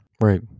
Right